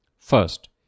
First